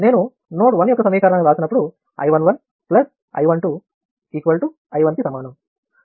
నేను నోడ్ 1 యొక్క సమీకరణాన్ని వ్రాసినప్పుడు I11 I 12 I1 కి సమానం